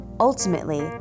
Ultimately